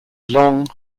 long